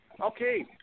okay